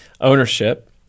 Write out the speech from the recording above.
Ownership